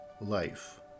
Life